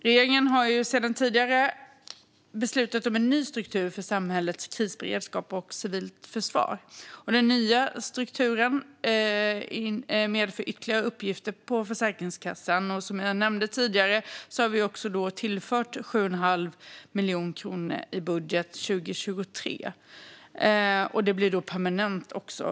Regeringen har sedan tidigare beslutat om en ny struktur för samhällets krisberedskap och civilförsvar, och den nya strukturen medför ytterligare uppgifter för Försäkringskassan. Som jag nämnde tidigare har vi tillfört 7 1⁄2 miljon kronor i budgeten för 2023, och detta blir permanent framöver.